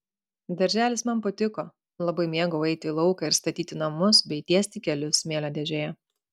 darželis man patiko labai mėgau eiti į lauką ir statyti namus bei tiesti kelius smėlio dėžėje